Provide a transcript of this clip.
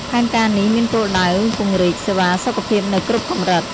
ផែនការនេះមានគោលដៅពង្រីកសេវាសុខភាពនៅគ្រប់កម្រិត។